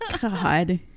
God